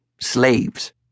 slaves